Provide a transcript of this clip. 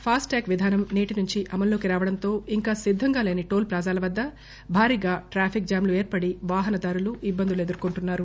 FASTag విధానం నేటి నుండి అమల్లోకి రావడంతో ఇంకా సిద్దంగాలేని టోల్ ప్లాజాల వద్ద భారీగా ట్రాఫిక్ జామ్ లు ఏర్పడి వాహనదారులు ఇబ్బందులు ఎదుర్కొంటున్నారు